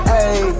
Hey